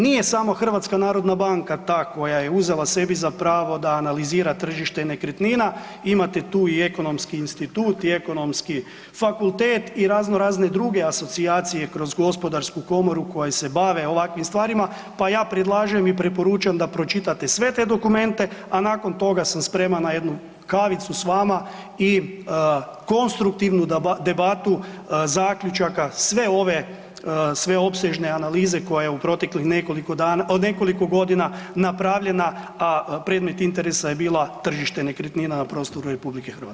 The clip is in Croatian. Nije samo HNB ta koja je uzela sebi za pravo da analizira tržište nekretnina, imate tu i Ekonomski institut i Ekonomski fakultet i raznorazne druge asocijacije kroz HGK koja se bavi ovakvim stvarima, pa ja predlažem i preporučam da pročitate sve te dokumente, a nakon toga sam spreman na jednu kavicu s vama i konstruktivnu debatu zaključaka sve ove opsežne analize koja je u proteklih nekoliko godina napravljena, a predmet interesa je bila tržište nekretnina na prostoru RH.